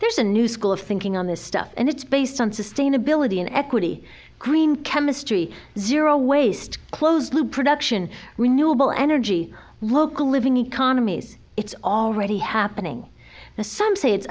there's a new school of thinking on this stuff and it's based on sustainability an equity green chemistry zero waste closed loop production renewable energy local living economies it's already happening now some say it's